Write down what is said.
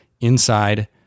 inside